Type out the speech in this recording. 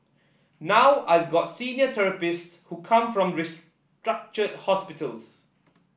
now I've got senior therapists who come from restructured hospitals